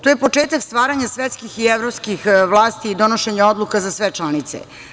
To je početak stvaranja svetskih i evropskih vlasti i donošenje odluka za sve članice.